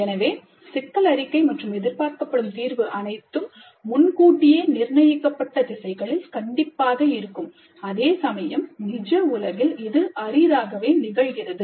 எனவே சிக்கல் அறிக்கை மற்றும் எதிர்பார்க்கப்படும் தீர்வு அனைத்தும் முன்கூட்டியே நிர்ணயிக்கப்பட்ட திசைகளில் கண்டிப்பாக இருக்கும் அதேசமயம் நிஜ உலகில் இது அரிதாகவே நிகழ்கிறது